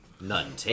None